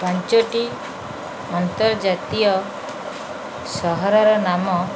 ପାଞ୍ଚଟି ଅନ୍ତର୍ଜାତୀୟ ସହରର ନାମ